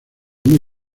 muy